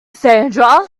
sandra